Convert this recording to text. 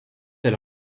elle